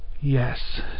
Yes